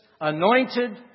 Anointed